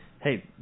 hey